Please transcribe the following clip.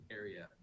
area